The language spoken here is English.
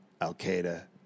Al-Qaeda